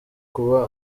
kuba